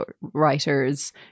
writers